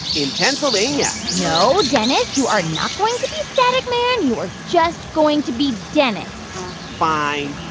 in pennsylvania no, dennis, you are not going to be static man you are just going to be dennis fine.